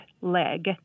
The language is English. leg